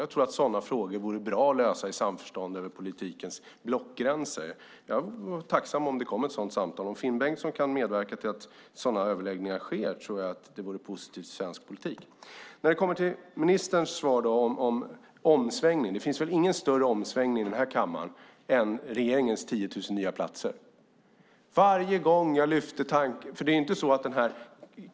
Jag tror att sådana frågor vore bra att lösa i samförstånd över politikens blockgränser. Jag vore tacksam om ett sådant samtal kom till stånd. Kan Finn Bengtsson medverka till att sådana överläggningar sker vore det positivt för svensk politik. Vad gäller ministerns svar om omsvängning finns det väl ingen större omsvängning än regeringens 10 000 nya platser.